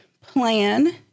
plan